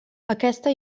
aquesta